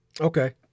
Okay